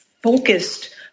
focused